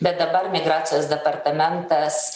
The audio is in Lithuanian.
bet dabar migracijos departamentas